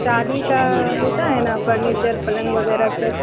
شادی کا ہوتا ہے نا فرنیچر پلنگ وغیرہ سب